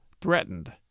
threatened